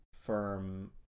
firm